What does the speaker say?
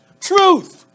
Truth